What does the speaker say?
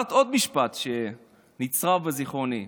ואמרת עוד משפט שנצרב בזיכרוני.